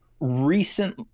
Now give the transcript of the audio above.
recent